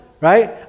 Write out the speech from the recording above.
Right